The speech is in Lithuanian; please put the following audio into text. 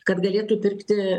kad galėtų pirkti